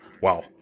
Wow